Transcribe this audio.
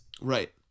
Right